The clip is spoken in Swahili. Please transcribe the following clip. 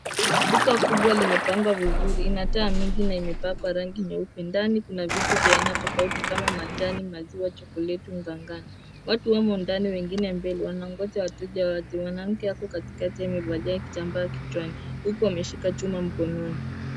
Duka kubwa limepangwa vizuri ina taa mingi na imepakwa rangi nyeupe ndani kuna vitu vya aina tofauti kama majani maziwa chokoleti, unga ngano. Watu wamo ndani wengine mbele wanangoja wateja waje mwanawake ako katikati amevalia kitambaa kichwani huku ameshika chuma mkononi.